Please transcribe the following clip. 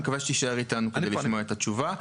מקווה שתישאר אתנו לשמוע את התשובה.